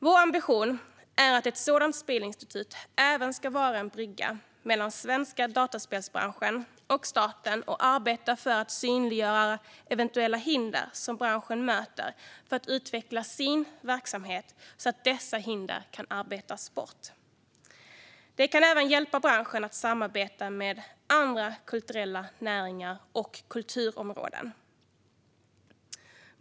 Vår ambition är att ett sådant spelinstitut även ska vara en brygga mellan svenska dataspelsbranschen och staten och arbeta för att synliggöra eventuella hinder som branschen möter så verksamheten kan utvecklas och dessa hinder arbetas bort. Institutet kan även hjälpa branschen att samarbeta med andra kulturella näringar och områden.